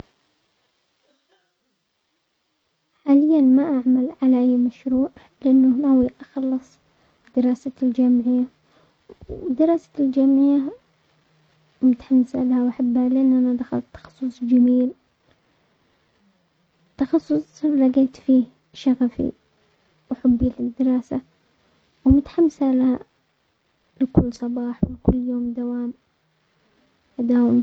حاليا ما اعمل على اي مشروع ،لانه ناوية اخلص دراستي الجامعية، ودراستي الجامعية متحمسة لها واحبها لأن انا دخلت تخصص جميل، تخصص لقيت فيه شغفي وحبي للدراسة ومتحمسة ل-لكل صباح وكل يوم دوام، اداوم فيه.